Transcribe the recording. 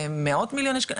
זה מאוד מיליוני שקלים?